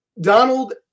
Donald